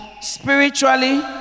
spiritually